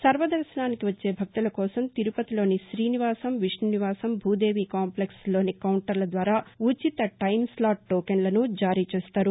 సర్వదర్భనానికి వచ్చే భక్తుల కోసం తిరుపతిలోని రీనివాసం విష్ణునివాసం భూదేవి కాంప్లెక్స్లోని కౌంటర్ల ద్వారా ఉచిత టెంస్లాట్ టోకెన్లను జారీచేస్తారు